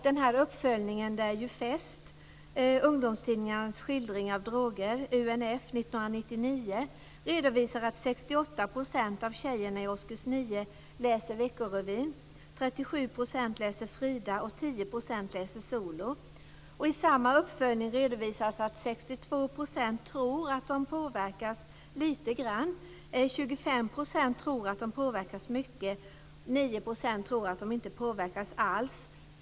Den här uppföljningen, "Det är ju fest" - ungdomstidningars skildring av droger, UNF I samma uppföljning redovisas att 62 % tror att de påverkas lite grann. 25 % tror att de påverkas mycket. 9 % tror att de inte påverkas alls.